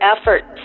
efforts